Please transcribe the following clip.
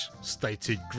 stated